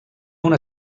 una